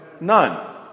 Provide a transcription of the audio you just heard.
None